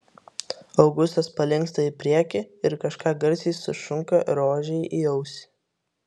augustas palinksta į priekį ir kažką garsiai sušunka rožei į ausį